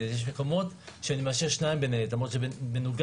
ויש מקומות שאני מאשר שניים בניידת למרות שזה מנוגד.